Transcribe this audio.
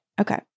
Okay